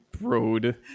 road